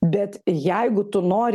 bet jeigu tu nori